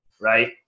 right